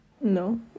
No